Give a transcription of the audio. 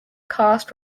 cast